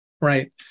Right